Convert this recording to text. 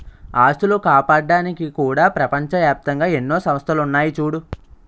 ఆస్తులు కాపాడ్డానికి కూడా ప్రపంచ ఏప్తంగా ఎన్నో సంస్థలున్నాయి చూడూ